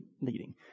leading